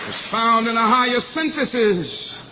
found in a higher synthesis